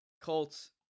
Colts